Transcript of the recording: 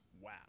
wow